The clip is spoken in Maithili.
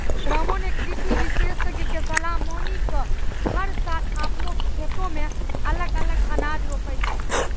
रामा नॅ कृषि विशेषज्ञ के सलाह मानी कॅ हर साल आपनों खेतो मॅ अलग अलग अनाज रोपै छै